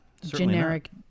generic